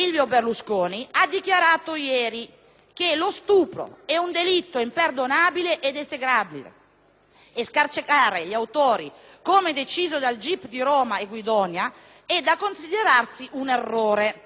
e scarcerare gli autori, come deciso dal GIP di Roma e Guidonia, è da considerarsi un errore. Qualche giorno fa gli stessi magistrati hanno ritenuto di prevedere la custodia cautelare agli arresti domiciliari